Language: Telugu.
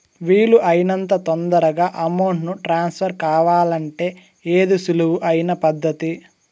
వీలు అయినంత తొందరగా అమౌంట్ ను ట్రాన్స్ఫర్ కావాలంటే ఏది సులువు అయిన పద్దతి